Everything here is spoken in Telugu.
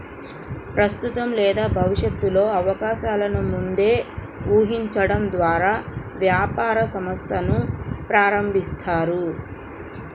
ప్రస్తుత లేదా భవిష్యత్తు అవకాశాలను ముందే ఊహించడం ద్వారా వ్యాపార సంస్థను ప్రారంభిస్తారు